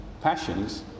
passions